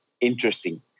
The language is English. interesting